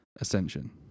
Ascension